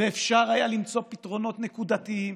ואפשר היה למצוא פתרונות נקודתיים,